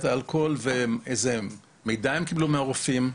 אלכוהול ולברר איזה מידע הן קיבלו מהרופאים.